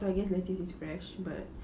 so I guess lettuce is fresh but